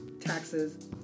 taxes